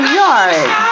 yard